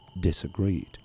disagreed